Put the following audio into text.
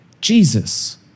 Jesus